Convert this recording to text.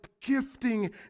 gifting